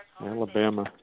Alabama